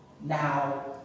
Now